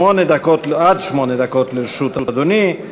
עד שמונה דקות לרשות אדוני.